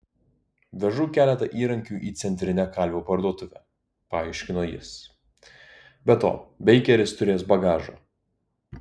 vežu keletą įrankių į centrinę kalvių parduotuvę paaiškino jis be to beikeris turės bagažo